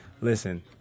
listen